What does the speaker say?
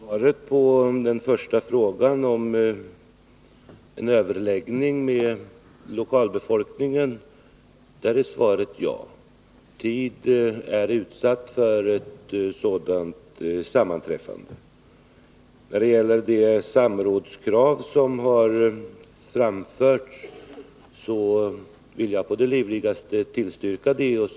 Herr talman! Svaret på den första frågan om en överläggning med lokalbefolkningen blir ja. Tid är utsatt för ett sådant sammanträffande. När det gäller det samrådskrav som framförts vill jag på det livligaste tillstyrka det.